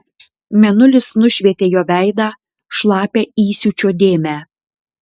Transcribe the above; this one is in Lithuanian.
mėnulis nušvietė jo veidą šlapią įsiūčio dėmę